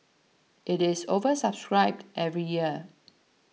it is oversubscribed every year